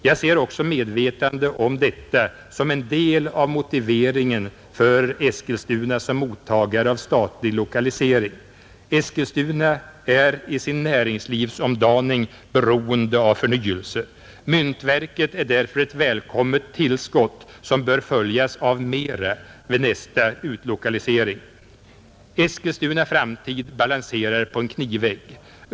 Jag ser också medvetandet om detta som en del av motiveringen för Eskilstuna som mottagare av statlig lokalisering. Eskilstuna är i sin näringslivsomdaning beroende av förnyelse. Myntverket är därför ett välkommet tillskott, som bör följas av mera vid nästa utlokalisering. Eskilstunas framtid balanserar på en knivsegg.